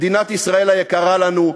מדינת ישראל היקרה לנו,